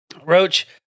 Roach